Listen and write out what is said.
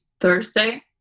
Thursday